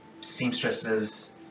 seamstresses